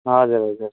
हजुर हजुर